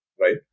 right